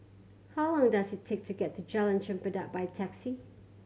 how long does it take to get to Jalan Chempedak by taxi